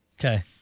Okay